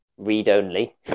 read-only